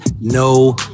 No